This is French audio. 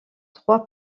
trois